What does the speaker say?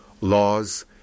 laws